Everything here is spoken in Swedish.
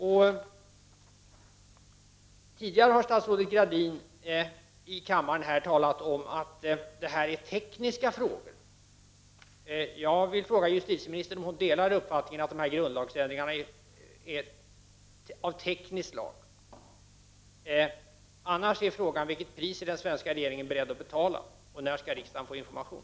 Tidigare har statsrådet Gradin här i kammaren talat om att det här är tekniska frågor. Jag vill fråga justitieministern om hon delar uppfattningen att dessa grundlagsändringar är av tekniskt slag. Annars är frågan: Vilket pris är den svenska regeringen beredd att betala och när skall riksdagen få information?